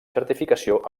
certificació